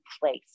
place